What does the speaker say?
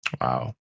wow